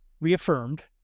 reaffirmed